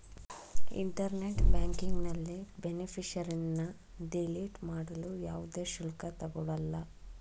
internet ಬ್ಯಾಂಕಿಂಗ್ನಲ್ಲಿ ಬೇನಿಫಿಷರಿನ್ನ delete ಮಾಡಲು ಯಾವುದೇ ಶುಲ್ಕ ತಗೊಳಲ್ಲ